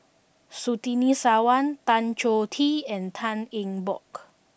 Surtini Sarwan Tan Choh Tee and Tan Eng Bock